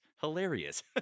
hilarious